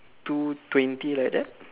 two twenty like that